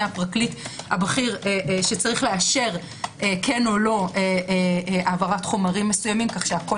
הפרקליט הבכיר שצריך לאשר כן או לא העברת חומרים מסוימים כך שהכול